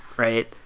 right